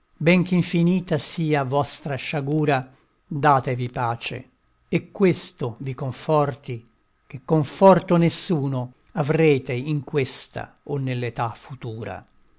care bench'infinita sia vostra sciagura datevi pace e questo vi conforti che conforto nessuno avrete in questa o nell'età futura